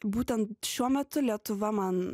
būtent šiuo metu lietuva man